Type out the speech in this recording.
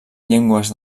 llengües